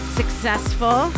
successful